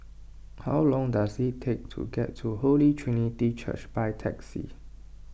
how long does it take to get to Holy Trinity Church by taxi